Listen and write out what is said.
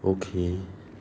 okay